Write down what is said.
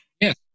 Yes